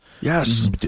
Yes